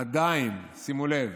לפני כמה חודשים, שימו לב,